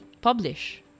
publish